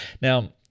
Now